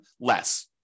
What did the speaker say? less